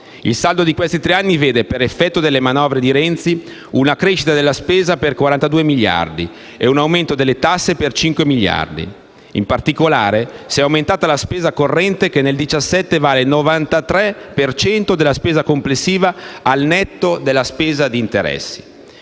Il saldo di questi tre anni vede, per effetto delle manovre di Renzi, una crescita della spesa per 42 miliardi di euro e un aumento delle tasse per 5 miliardi. In particolare, si è aumentata la spesa corrente, che nel 2017 vale il 93 per cento della spesa complessiva, al netto della spesa per interessi.